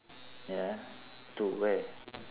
ya to where